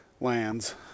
lands